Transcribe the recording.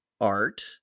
art